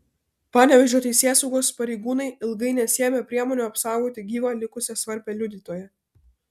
panevėžio teisėsaugos pareigūnai ilgai nesiėmė priemonių apsaugoti gyvą likusią svarbią liudytoją